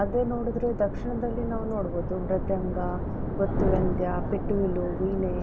ಅದೇ ನೋಡಿದ್ರೆ ದಕ್ಷಿಣದಲ್ಲಿ ನಾವು ನೋಡ್ಬೋದು ಮೃದಂಗ ಒತ್ತುವೆಂದ್ಯ ಪಿಟೀಲು ವೀಣೆ